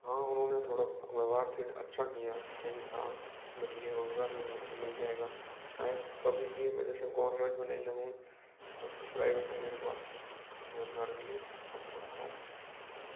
हाँ उन्होंने थोड़ा व्यवहार अच्छा किया सही था मेरे लिए रोज़गार भी मिल मिल जाएगा शायद कभी भी मेरे से गोवर्मेंट में नहीं लगूँगा तो प्राइवेट में मेरे पास रोज़गार के लिए ऑप्शन है